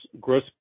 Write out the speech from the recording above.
gross